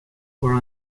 were